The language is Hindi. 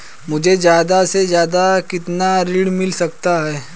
मुझे ज्यादा से ज्यादा कितना ऋण मिल सकता है?